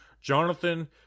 Jonathan